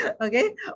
okay